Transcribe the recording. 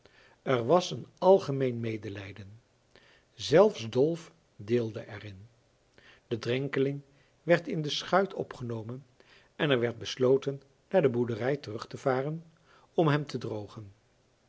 er was een algemeen medelijden zelfs dolf deelde er in de drenkeling werd in de schuit opgenomen en er werd besloten naar de boerderij terug te varen om hem te drogen